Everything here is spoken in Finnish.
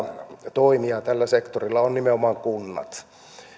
toimija tällä sektorilla on nimenomaan kunnat